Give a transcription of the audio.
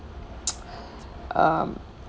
um